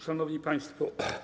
Szanowni Państwo!